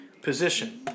Position